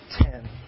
ten